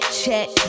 check